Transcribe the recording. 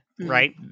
right